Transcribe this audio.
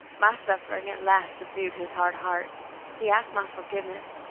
my suffering at last subdued his hard heart he asked my forgiveness,